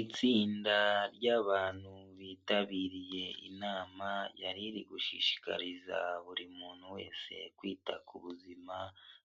Itsinda ry'abantu bitabiriye inama, yari iri gushishikariza buri muntu wese kwita ku buzima,